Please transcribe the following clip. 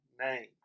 name